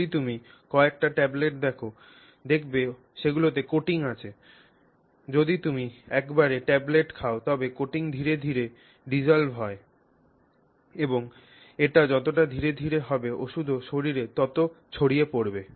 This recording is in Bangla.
যদি তুমি কয়েকটি ট্যাবলেট দেখ দেখবে সেগুলিতে coating আছে যদি তুমি একবারে ট্যাবলেটটি খাও তবে coating ধীরে ধীরে দ্রবীভূত হয় এবং এটি যতটা ধীরে ধীরে হবে ওষুধও শরীরে তত ছড়িয়ে পড়বে